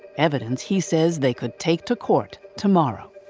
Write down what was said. evidence he says they could take to court tomorrow.